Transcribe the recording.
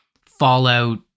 fallout